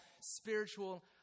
spiritual